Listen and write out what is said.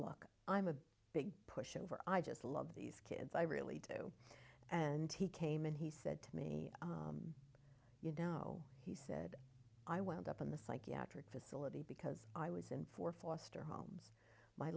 look i'm a big pushover i just love these kids i really do and he came and he said to me you know he said i wound up in the psychiatric facility because i was in for foster home my